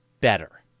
better